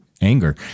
anger